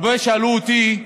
הרבה שאלו אותי: